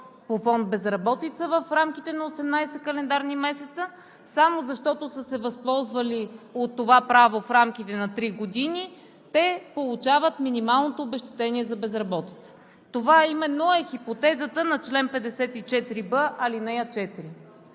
по фонд „Безработица“ в рамките на 18 календарни месеца – само защото са се възползвали от това право в рамките на три години, те получават минималното обезщетение за безработица. Това именно е хипотезата на чл. 54б, ал. 4.